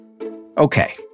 Okay